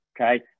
okay